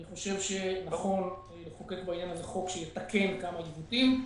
אני חושב שנכון לחוקק בעניין הזה חוק שיתקן כמה עיוותים.